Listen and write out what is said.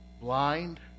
blind